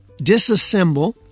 disassemble